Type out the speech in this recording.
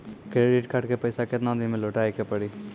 Credit card के पैसा केतना दिन मे लौटाए के पड़ी?